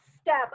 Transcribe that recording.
step